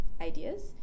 ideas